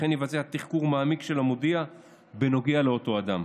וכן יבצע תחקור מעמיק של המודיע בנוגע לאותו אדם.